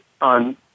on